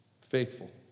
Faithful